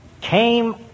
came